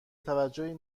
توجیهی